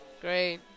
Great